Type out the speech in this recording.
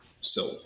self